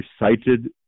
recited